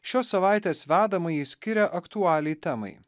šios savaitės vedamąjį skiria aktualiai temai